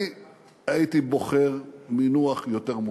אני הייתי בוחר מינוח יותר מוצלח,